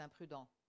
imprudent